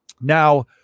Now